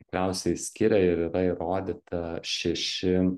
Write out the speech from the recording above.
tikriausiai skiria ir yra įrodyta šeši